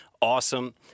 Awesome